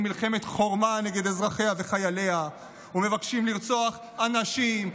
מלחמת חורמה נגד אזרחיה וחייליה ומבקשים לרצוח אנשים,